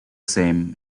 same